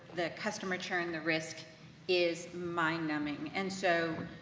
the customer churn, the risk is mind numbing. and so,